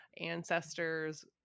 ancestors